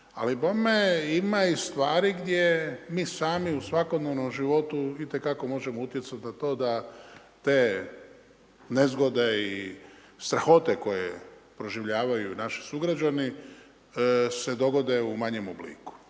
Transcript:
ali bogme ima i stvari, gdje mi sami u svakodnevnom životu, itekako možemo utjecati na to da te nezgode i strahote koje proživljavaju naši sugrađani, se dogodi u manjem obliku.